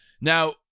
Now